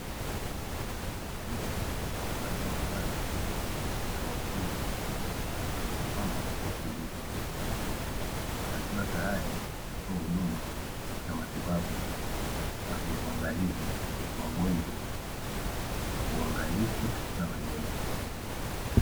Mtu amevalia mavazi ya wauguzi amesimama kwa utulivu, akiwa tayari kutoa huduma za matibabu na za kwa uangalizi kwa wagonjwa kwa uangalifu na weledi.